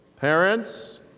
parents